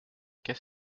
qu’est